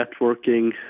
networking